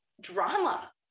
drama